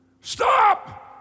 stop